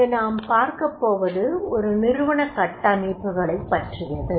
இங்கு நாம் பார்க்கப்போவது ஒரு நிறுவனக் கட்டமைப்பு களைப் பற்றியது